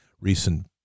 recent